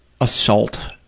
assault